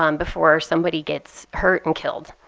um before somebody gets hurt and killed.